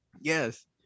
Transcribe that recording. Yes